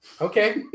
Okay